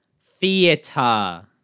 theater